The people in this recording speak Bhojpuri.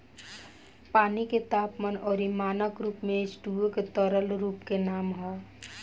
पानी के तापमान अउरी मानक रूप में एचटूओ के तरल रूप के नाम ह